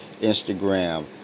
Instagram